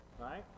right